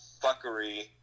fuckery